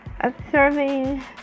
observing